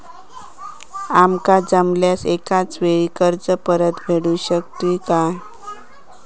आमका जमल्यास एकाच वेळी कर्ज परत फेडू शकतू काय?